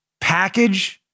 package